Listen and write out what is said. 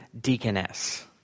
deaconess